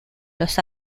los